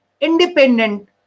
independent